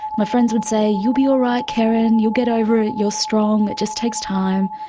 my friends would say you'll be all right kerrin, you'll get over it, you're strong, it just takes time.